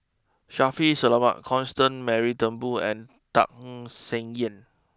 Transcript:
Shaffiq Selamat Constance Mary Turnbull and Tham Sien Yen